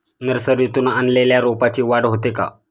नर्सरीतून आणलेल्या रोपाची वाढ होते का?